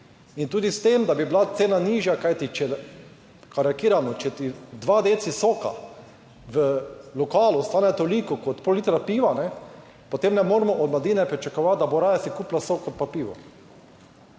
in tudi s tem, da bi bila cena nižja, kajti če karikirano, če ti dva "deci" soka v lokalu stane toliko kot pol litra piva, potem ne moremo od mladine pričakovati, da bo raje si kupila sok, kot pa pivo.